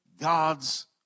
God's